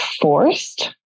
forced